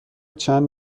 چند